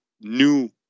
new